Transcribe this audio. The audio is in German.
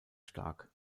stark